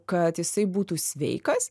kad jisai būtų sveikas